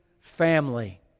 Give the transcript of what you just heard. family